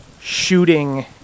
shooting